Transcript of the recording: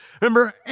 Remember